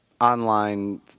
online